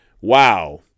Wow